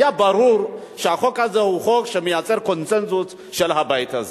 היה ברור שהחוק הזה הוא חוק שמייצר קונסנזוס של הבית הזה.